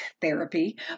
therapy